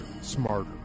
smarter